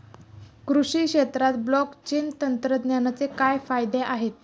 कृषी क्षेत्रात ब्लॉकचेन तंत्रज्ञानाचे काय फायदे आहेत?